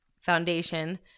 foundation